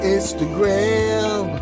Instagram